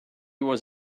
was